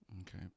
Okay